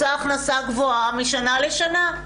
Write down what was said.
רוצה הכנסה גבוהה משנה לשנה.